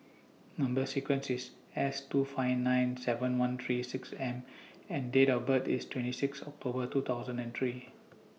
Number sequence IS S two five nine seven one three six M and Date of birth IS twenty six October two thousand and three